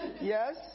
yes